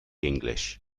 english